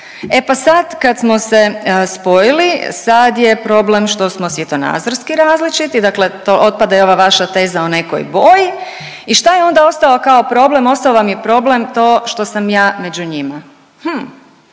E pa sad kad smo se spojili sad je problem što smo svjetonazorski različiti, dakle to otpada i ova vaša teza o nekoj boji i šta je onda ostao kao problem, ostao vam je problem to što sam ja među njima.